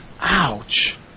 Ouch